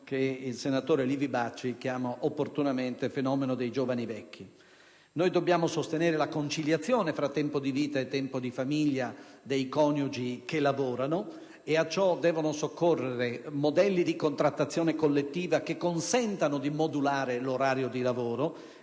che il senatore Livi Bacci chiama opportunamente "fenomeno dei giovani vecchi". Noi dobbiamo sostenere la conciliazione fra tempo di vita e tempo di famiglia dei coniugi che lavorano, e a ciò devono soccorrere modelli di contrattazione collettiva che consentano di modulare l'orario di lavoro,